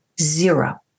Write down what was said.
Zero